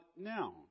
now